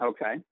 Okay